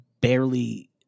barely